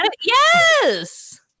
Yes